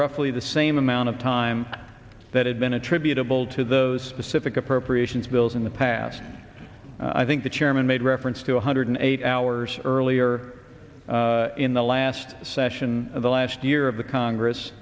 roughly the same amount of time that had been attributable to those specific appropriations bills in the past i think the chairman made reference to one hundred eight hours earlier in the last session of the last year of the congress